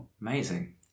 Amazing